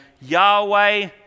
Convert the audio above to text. Yahweh